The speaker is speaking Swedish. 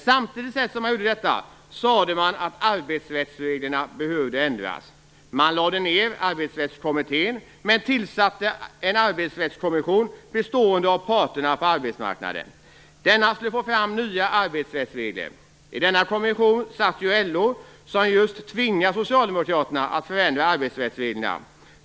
Samtidigt som man gjorde detta sade man att arbetsrättsreglerna behövde ändras. Man lade ned Arbetsrättskommittén men tillsatte en arbetsrättskommission bestående av parterna på arbetsmarknaden. Denna skulle få fram nya arbetsrättsregler. I denna kommission satt LO, som just tvingat Socialdemokraterna att ändra arbetsrättsreglerna.